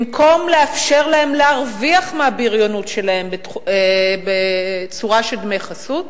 במקום לאפשר להם להרוויח מהבריונות שלהם בצורה של דמי חסות,